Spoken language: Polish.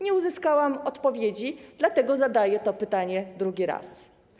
Nie uzyskałam odpowiedzi, dlatego zadaję to pytanie drugi raz.